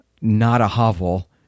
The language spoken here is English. not-a-hovel